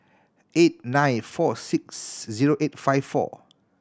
eight nine four six zero eight five four